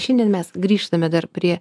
šiandien mes grįžtame dar prie